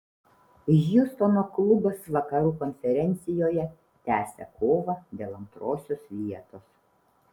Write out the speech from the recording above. hjustono klubas vakarų konferencijoje tęsia kovą dėl antrosios vietos